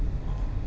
siang